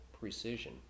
precision